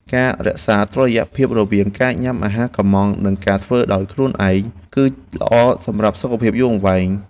ការរក្សាតុល្យភាពរវាងការញ៉ាំអាហារកុម្ម៉ង់ និងការធ្វើម្ហូបដោយខ្លួនឯង គឺល្អសម្រាប់សុខភាពយូរអង្វែង។